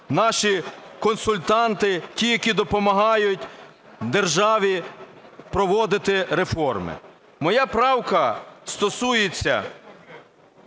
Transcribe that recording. наші консультанти, ті, які допомагають державі проводити реформи. Моя правка стосується